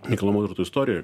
nekilnojamo turto istorijoj